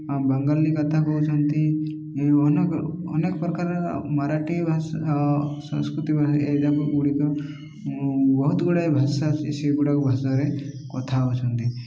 ବାଙ୍ଗାଲୀ କଥା କହୁଛନ୍ତି ଅନେକ ଅନେକ ପ୍ରକାରର ମରାଠୀ ଭାଷା ସଂସ୍କୃତି ଭାଷା ଏ ଯାକ ଗୁଡ଼ିକ ବହୁତ ଗୁଡ଼ାଏ ଭାଷା ସେଗୁଡ଼ାକ ଭାଷାରେ କଥା ହଉଛନ୍ତି